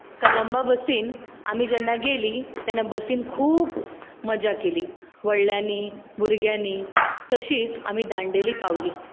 कदंबा बसीन आमी जेन्ना गेली तेन्ना बसींत खूब मज्जा केली व्हडल्यानी भुरग्यांनी तशींच आमी दांडेली पावलीं